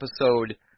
episode